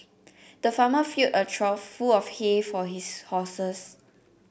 the farmer filled a trough full of hay for his horses